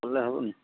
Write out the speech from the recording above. କଲେ ହେବନି